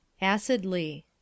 Acidly